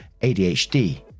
ADHD